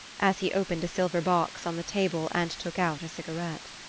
as he opened a silver box on the table and took out a cigarette.